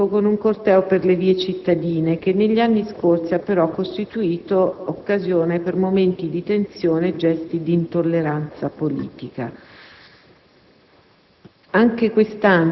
ed un momento più pubblico, con un corteo per le vie cittadine, che negli anni scorsi ha però costituito occasione per momenti di tensione e gesti di intolleranza politica.